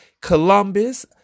Columbus